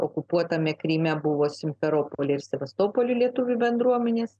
okupuotame kryme buvo simferopolyje ir sevastopoly lietuvių bendruomenės